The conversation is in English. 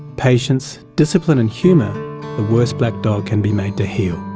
patience, discipline and humour the worst black dog can be made to heel.